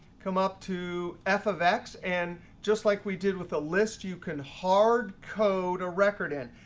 come up to f of x, and just like we did with the list, you can hard code a record in.